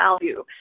value